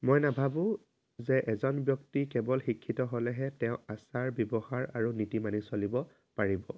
মই নাভাবোঁ যে এজন ব্যক্তি কেৱল শিক্ষিত হ'লেহে তেওঁ আচাৰ ব্যৱহাৰ আৰু নীতি মানি চলিব পাৰিব